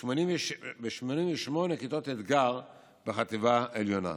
ו-88 כיתות אתגר בחטיבה העליונה,